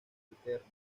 alterna